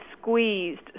squeezed